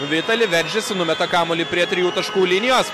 vitali veržiasi numeta kamuolį prie trijų taškų linijos